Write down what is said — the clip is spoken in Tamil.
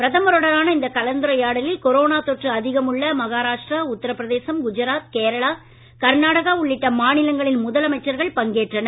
பிரதமருடனான இந்த கலந்துரையாடலில் கொரோனா தொற்று அதிகமுள்ள மகராஷ்டிரா உத்திரபிரதேசம் குஜராத் கேரளா கர்நாடகா உள்ளிட்ட மாநிலங்களின் முதலமைச்சர்கள் பங்கேற்றனர்